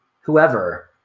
whoever